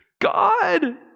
God